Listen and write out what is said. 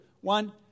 One